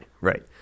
right